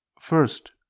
first